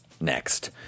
next